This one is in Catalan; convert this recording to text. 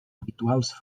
habituals